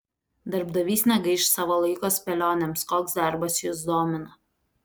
darbdavys negaiš savo laiko spėlionėms koks darbas jus domina